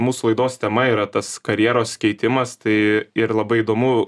mūsų laidos tema yra tas karjeros keitimas tai ir labai įdomu